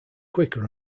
quicker